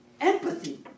empathy